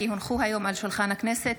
כי הונחו היום על שולחן הכנסת,